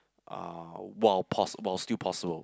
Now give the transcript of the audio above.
uh while poss~ while still possible